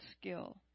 skill